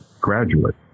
graduate